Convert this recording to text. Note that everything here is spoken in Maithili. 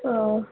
हँ